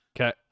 Okay